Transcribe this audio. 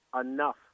enough